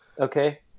Okay